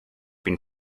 been